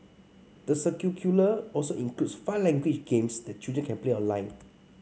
the curricula also includes five language games that children can play online